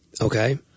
Okay